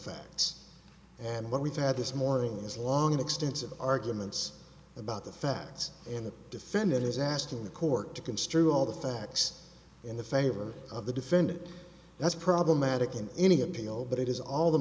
facts and what we've had this morning is long extensive arguments about the facts in the defendant is asking the court to construe all the facts in the favor of the defendant that's problematic in any appeal but it is all the